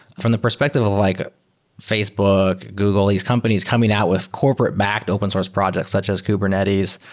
from the perspective of like facebook, google, these companies coming out with corporate backed open source projects such as kubernetes,